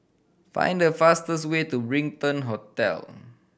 find the fastest way to Brighton Hotel